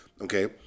Okay